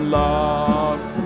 love